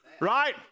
Right